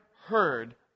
heard